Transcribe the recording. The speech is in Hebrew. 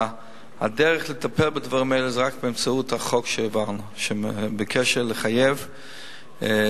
הדרך לטפל בדברים האלה היא רק באמצעות החוק שהעברנו בקשר לחיוב רשיון,